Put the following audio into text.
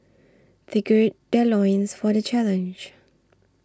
they gird their loins for the challenge